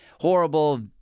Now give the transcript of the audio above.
horrible